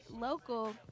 local